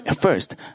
First